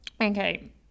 okay